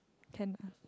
can lah